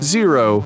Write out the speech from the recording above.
Zero